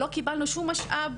לא קיבלנו שום משאב